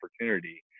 opportunity